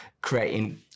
creating